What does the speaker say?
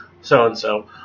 so-and-so